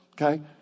Okay